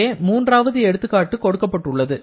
இங்கே மூன்றாவது எடுத்துக்காட்டு கொடுக்கப்பட்டுள்ளது